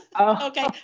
Okay